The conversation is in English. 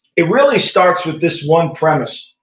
it really starts with this one premise.